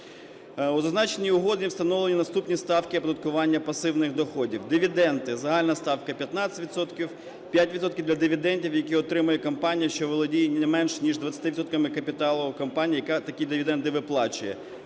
У зазначеній Угоді встановлені наступні ставки оподаткування пасивних доходів. Дивіденди: загальна ставка 15 відсотків. 5 відсотків для дивідендів, які отримає компанія, що володіє не менш ніж 20 відсотками капіталу в компанії, яка такі дивіденди виплачує.